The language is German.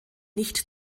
nicht